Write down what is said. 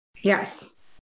Yes